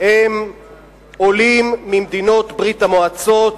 הם עולים ממדינות ברית-המועצות,